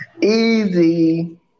Easy